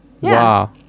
Wow